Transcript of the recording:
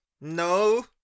no